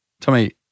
Tommy